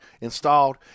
installed